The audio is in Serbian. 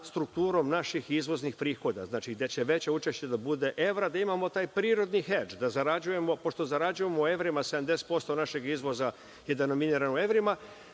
strukturom naših izvoznih prihoda, znači gde će veće učešće da bude evra, da imamo taj prirodni hedž, da zarađujemo, pošto zarađujemo u evrima, 70% našeg izvoza dominira u evrima,